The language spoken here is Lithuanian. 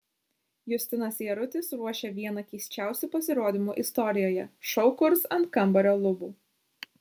justinas jarutis ruošia vieną keisčiausių pasirodymų istorijoje šou kurs ant kambario lubų